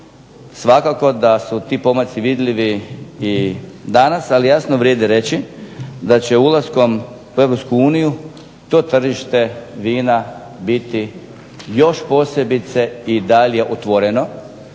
svakako da su ti pomaci vidljivi i danas, ali jasno vrijedi reći da će ulaskom u Europsku uniju to tržište vina biti još posebice i dalje otvoreno.